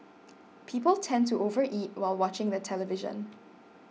people tend to overeat while watching the television